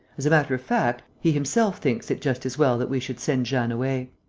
as a matter of fact, he himself thinks it just as well that we should send jeanne away.